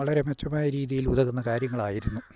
വളരെ മെച്ചമായ രീതിയിൽ ഉതകുന്ന കാര്യങ്ങളായിരുന്നു